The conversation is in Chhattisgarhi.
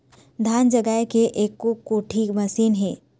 धान जगाए के एको कोठी मशीन हे?